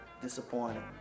disappointed